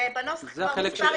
זה בנוסח כבר מספר ישיבות.